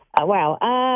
Wow